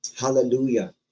Hallelujah